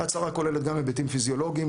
ההצהרה כוללת גם היבטים פיזיולוגיים,